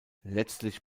letztlich